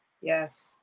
Yes